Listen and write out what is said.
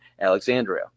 Alexandria